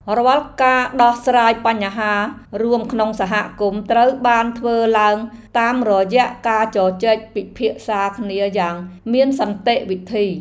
រាល់ការដោះស្រាយបញ្ហារួមក្នុងសហគមន៍ត្រូវបានធ្វើឡើងតាមរយៈការជជែកពិភាក្សាគ្នាយ៉ាងមានសន្តិវិធី។